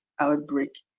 outbreak